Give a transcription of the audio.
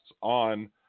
on